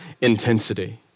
intensity